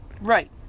Right